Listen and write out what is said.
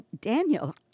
Daniel